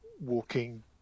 walking